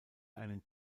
einen